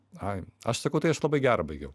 ai aš sakau tai aš labai gerą baigiau